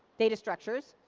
data structures.